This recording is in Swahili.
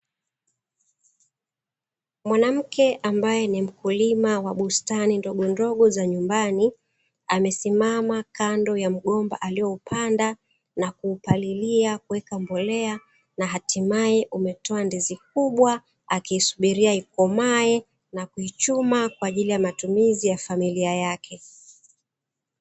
Mwanamke ambaye ni mkulima wa bustani ndogondogo za nyumbani, amesimama kando ya mgomba alioupanda na kuupalilia kuweka mbolea na hatimaye umetoa ndizi kubwa, akiisubiria ikomae na kuichuma kwa ajili ya matumizi ya familia yake.